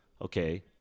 okay